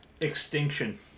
Extinction